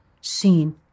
seen